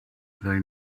they